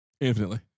Infinitely